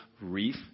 wreath